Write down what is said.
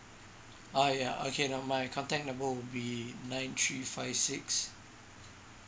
ah yeah okay never mind contact number would be nine three five six